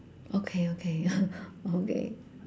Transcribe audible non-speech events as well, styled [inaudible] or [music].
okay okay [laughs] okay